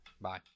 Bye